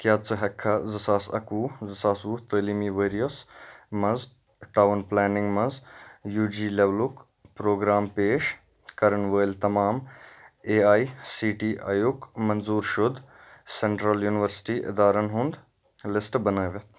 کیٛاہ ژٕ ہیٚکٕکھا زٕ ساس اَکوُہ زٕ ساس وُہ تٲلیٖمی ؤرۍیَس مَنٛز ٹاوُن پُلینِنٛگ مَنٛز یوٗ جی لیولُک پرٛوگرام پیش کَرن وٲلۍ تمام A I C T E یُک منظور شُد سیٚنٛٹرٛل یونیورسِٹی اِدارن ہُنٛد لِسٹ بنٲوِتھ